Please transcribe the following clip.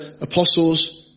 apostles